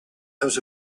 has